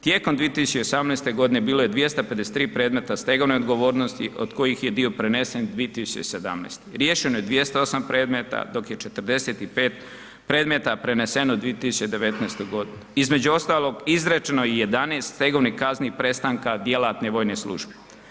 Tijekom 2018.g. bilo je 253 predmeta stegovne odgovornosti, od kojih je dio prenesen u 2017.g. Riješeno je 208 predmeta, dok je 45 predmeta preneseno u 2019.g. Između ostalog, izrečeno je i 11 stegovnih kazni prestanka djelatne vojne službe.